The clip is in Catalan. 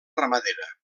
ramadera